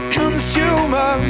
consumer